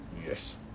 Yes